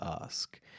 ask